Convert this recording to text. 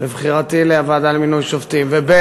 בבחירתי לוועדה לבחירת שופטים, ב.